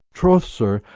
troth, sir,